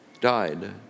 died